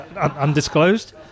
undisclosed